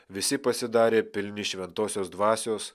visi pasidarė pilni šventosios dvasios